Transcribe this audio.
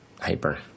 hyper